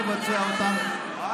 לבצע אותם,